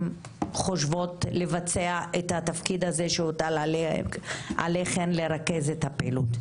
חושבות לבצע את התפקיד הזה שהוטל עליכן לרכז את הפעילות.